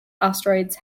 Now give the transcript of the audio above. asteroids